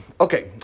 Okay